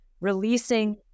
releasing